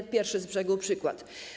To pierwszy z brzegu przykład.